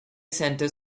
center